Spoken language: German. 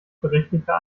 berechtigter